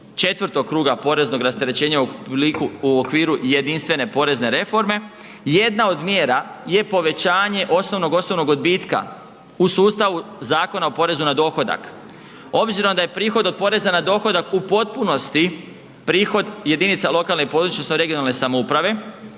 iz 4 kruga poreznog rasterećenja u okviru jedinstvene porezne reforme. Jedna od mjera je povećanje osnovnog osobnog odbitka u sustavu Zakona o porezu na dohodak. Obzirom da je prihod od porezna na dohodak u potpunosti prihod jedinica lokalne i područne odnosno regionalne samouprave,